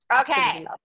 Okay